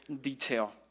detail